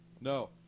No